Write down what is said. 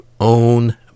own